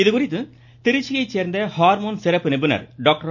இதுகுறித்து திருச்சியை சேர்ந்த ஹார்மோன் சிறப்பு நிபுணர் டாக்டர்